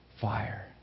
fire